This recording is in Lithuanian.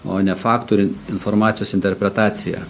o ne faktų ir informacijos interpretacija